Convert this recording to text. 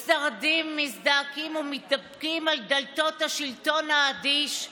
מצטרדים, מזדעקים ומתדפקים על דלתות השלטון האדיש,